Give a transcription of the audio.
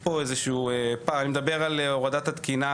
אני מדבר על הורדת התקינה,